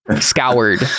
scoured